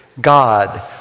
God